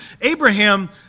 Abraham